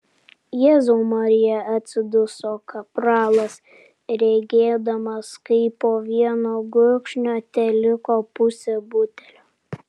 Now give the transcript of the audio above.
jėzau marija atsiduso kapralas regėdamas kaip po vieno gurkšnio teliko pusė butelio